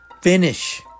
Finish